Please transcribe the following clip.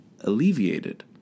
alleviated